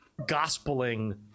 gospeling